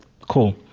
Cool